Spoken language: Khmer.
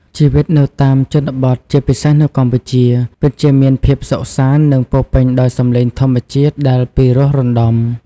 ជីវិតនៅតាមជនបទ ជាពិសេសនៅកម្ពុជា ពិតជាមានភាពសុខសាន្ត និងពោរពេញដោយសំឡេងធម្មជាតិដែលពិរោះរណ្ដំ។